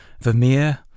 Vermeer